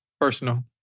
Personal